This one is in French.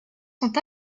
sont